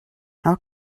how